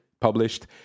published